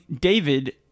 David